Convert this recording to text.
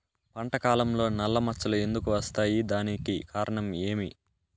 పంట కాలంలో నల్ల మచ్చలు ఎందుకు వస్తాయి? దానికి కారణం ఏమి?